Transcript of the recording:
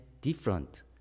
different